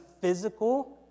physical